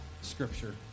scripture